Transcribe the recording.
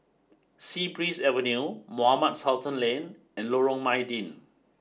sea Breeze Avenue Mohamed Sultan Lane and Lorong Mydin